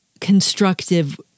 constructive